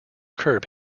curb